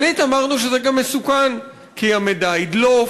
שנית, אמרנו שזה גם מסוכן, כי המידע ידלוף,